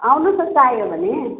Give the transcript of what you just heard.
आउनु होस् न चाहियो भने